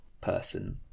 person